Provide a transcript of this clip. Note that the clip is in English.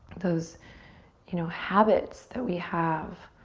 those you know habits that we have